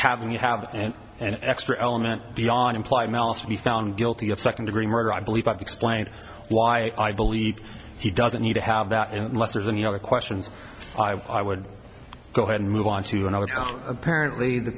haven't you have and an extra element beyond implied malice to be found guilty of second degree murder i believe i've explained why i believe he doesn't need to have that unless there's any other questions i would go ahead and move on to another county apparently the